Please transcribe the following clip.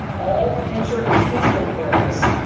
all future impeachment hearings,